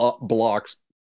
blocks